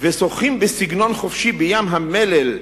ושוחים בסגנון חופשי בים המלל,